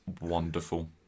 wonderful